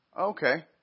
Okay